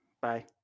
bye